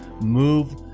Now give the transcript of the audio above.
move